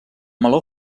meló